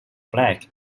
black